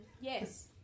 Yes